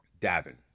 Davin